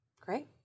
Great